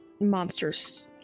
monsters